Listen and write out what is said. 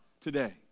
today